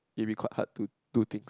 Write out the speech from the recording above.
it be quite hard to do things